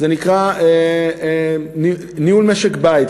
נקרא "ניהול משק בית",